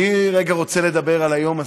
אני רגע רוצה לדבר על היום הזה,